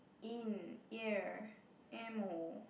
in ear ammo